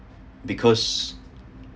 because